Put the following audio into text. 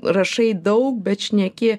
rašai daug bet šneki